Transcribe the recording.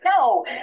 No